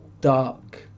dark